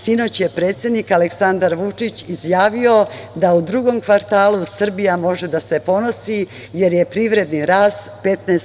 Sinoć je predsednik Aleksandar Vučić izjavio da u drugom kvartalu Srbija može da se ponosi, jer je privredni rast 15%